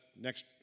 next